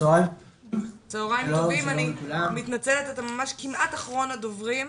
צוהריים טובים, אני מתנצלת אתה ממש אחרון הדוברים.